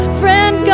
friend